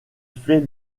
fait